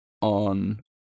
on